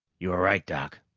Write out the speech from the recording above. you were right, doc.